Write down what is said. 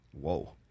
Whoa